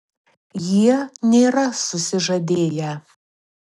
jie nėra susižadėję